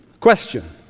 Question